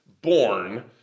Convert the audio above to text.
born